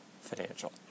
financial